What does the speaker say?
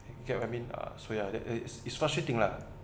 you get what I mean ah so ya that is is special thing lah